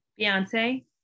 Beyonce